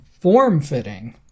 form-fitting